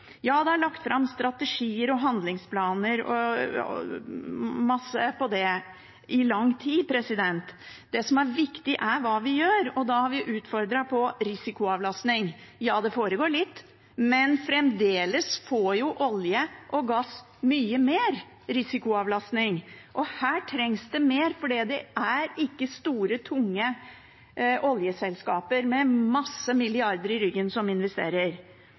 Ja, det foregår litt, men fremdeles får olje og gass mye mer risikoavlastning. Her trengs det mer, for det er ikke store, tunge oljeselskaper med mange milliarder i ryggen som investerer.